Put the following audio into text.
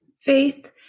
faith